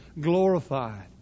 glorified